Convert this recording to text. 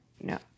No